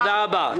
תודה רבה.